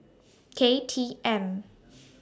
K T M